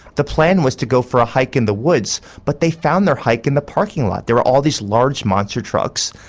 the plan was to go for a hike in the woods but they found their hike in the parking lot, there are all these large monster trucks,